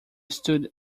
stood